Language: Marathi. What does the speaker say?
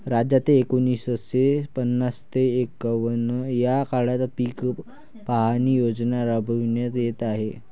राज्यात एकोणीसशे पन्नास ते एकवन्न या काळात पीक पाहणी योजना राबविण्यात येत आहे